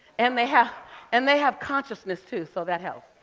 and they have and they have consciousness, too, so that helps.